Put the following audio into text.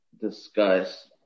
discuss